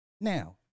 Now